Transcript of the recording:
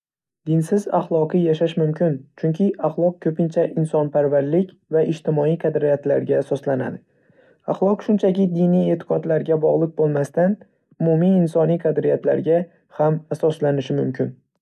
Dinsiz axloqiy yashash mumkin, chunki axloq ko‘pincha insonparvarlik va ijtimoiy qadriyatlarga asoslanadi. Axloq shunchaki diniy e'tiqodlarga bog‘liq bo‘lmasdan, umumiy insoniy qadriyatlarga ham asoslanishi mumkin.